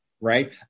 right